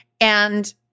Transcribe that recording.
and-